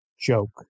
joke